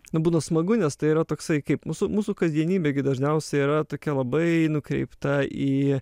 nu būna smagu nes tai yra toksai kaip mūsų mūsų kasdienybė gi dažniausiai yra tokia labai nukreipta į